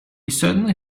certainly